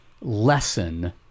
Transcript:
lesson